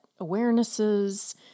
awarenesses